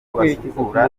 basukura